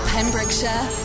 Pembrokeshire